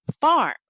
farm